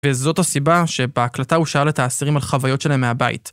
וזאת הסיבה שבהקלטה הוא שאל את האסירים על חוויות שלהם מהבית.